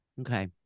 Okay